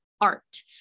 art